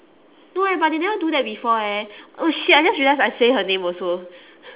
no eh but they never do that before eh oh shit I just realised I say her name also